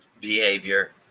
behavior